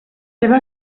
seva